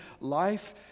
life